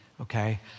okay